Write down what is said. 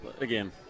again